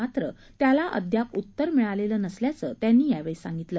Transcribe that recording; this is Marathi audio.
मात्र त्याला अद्याप उत्तर मिळालेलं नसल्याचं त्यांनी सांगितलं